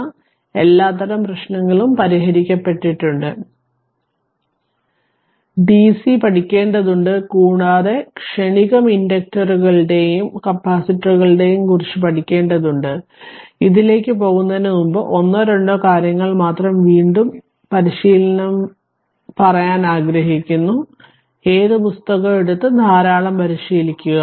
അതിനാൽ എല്ലാത്തരം പ്രശ്നങ്ങളും പരിഹരിക്കപ്പെട്ടിട്ടുണ്ട് അതിനാൽ ഡിസി പഠിക്കേണ്ടതുണ്ട് കൂടാതെ ക്ഷണികം ഇൻഡക്ടറുകളെയും കപ്പാസിറ്ററുകളെയും കുറിച്ച് പഠിക്കേണ്ടതുണ്ട് അതിനാൽ ഇതിലേക്ക് പോകുന്നതിന് മുമ്പ് ഒന്നോ രണ്ടോ കാര്യങ്ങൾ മാത്രം വീണ്ടും ആ പരിശീലനം പറയാൻ ആഗ്രഹിക്കുന്നു ഏത് പുസ്തകവും എടുത്ത് ധാരാളം പരിശീലിക്കുക